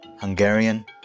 Hungarian